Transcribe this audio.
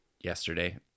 yesterday